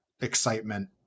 excitement